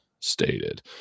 stated